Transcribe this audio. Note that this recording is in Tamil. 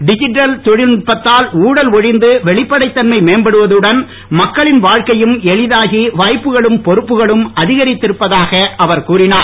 டிஜிட்டல் தொழில் நுட்பத்தால் ஊழல் ஒழிந்து வெளிப்படத்தன்மை மேம்படுவதுடன் மக்களின் வாழ்க்கையும் எளிதாகிஇ வாய்ப்புக்களும் பொறுப்புக்களும் அதிகரிப்பதாக அவர் கூறினார்